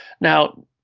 Now